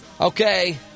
Okay